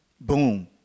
Boom